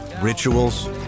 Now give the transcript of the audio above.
rituals